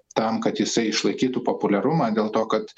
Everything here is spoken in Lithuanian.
tam kad jisai išlaikytų populiarumą dėl to kad